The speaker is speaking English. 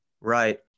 right